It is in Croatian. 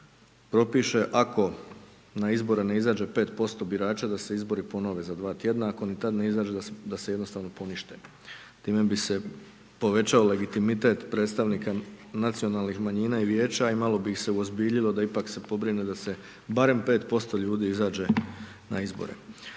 da se propiše ako na izbore ne izađe 5% birača, da se izbori ponove za dva tjedna, ako ni tad ne izađu, da se jednostavno ponište. Time bi se povećao legitimitet predstavnika nacionalnih manjina i Vijeća, i malo bi ih se uozbiljilo da ipak se pobrine da se barem 5% ljudi izađe na izbore.